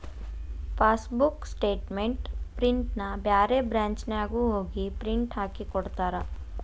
passbook statement ಪ್ರಿಂಟ್ನ ಬ್ಯಾರೆ ಬ್ರಾಂಚ್ನ್ಯಾಗು ಹೋಗಿ ಪ್ರಿಂಟ್ ಹಾಕಿಕೊಡ್ತಾರ